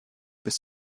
bis